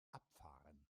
abfahren